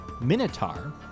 minotaur